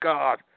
God